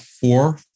four